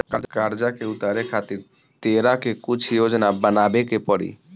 कर्जा के उतारे खातिर तोरा के कुछ योजना बनाबे के पड़ी